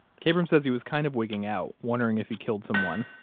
kabrahm says he was kind of wigging out wondering if he killed someone.